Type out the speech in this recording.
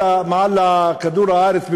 בכדור-הארץ,